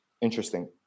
Interesting